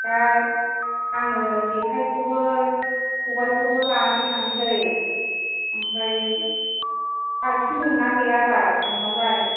दा आङो जेखाइखौबो खबायखौबो लानानै थांनोसै ओमफ्राय बाल्थिं दंना गैयाबाल नोंनावलाय